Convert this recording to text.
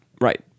right